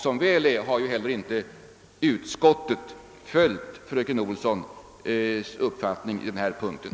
Som väl är har heller inte utskottet följt fröken Olsson på den här punkten.